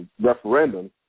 referendum